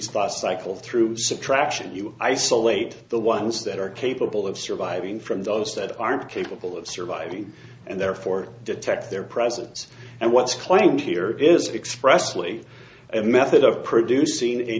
by cycle through subtraction you isolate the ones that are capable of surviving from those that are capable of surviving and therefore detect their presence and what's claimed here is expressly a method of producing a